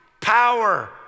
power